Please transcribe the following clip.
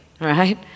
right